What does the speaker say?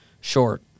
short